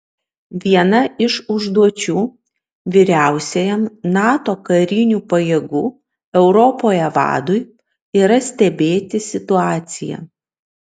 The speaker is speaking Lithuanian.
viena iš užduočių vyriausiajam nato karinių pajėgų europoje vadui yra stebėti situaciją